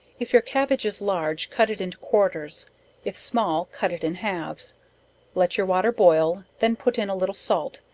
if your cabbage is large, cut it into quarters if small, cut it in halves let your water boil, then put in a little salt,